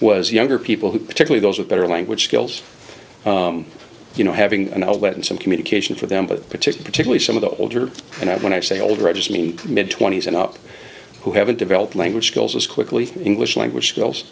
was younger people who particularly those with better language skills you know having an outlet and some communication for them to petition particularly some of the older and i when i say old regiment mid twenty's and up who haven't developed language skills as quickly english language skills